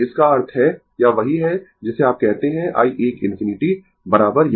तो इसका अर्थ है यह वही है जिसे आप कहते है i 1 ∞ यह एक